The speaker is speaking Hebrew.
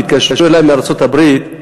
כי התקשרו אלי מארצות-הברית,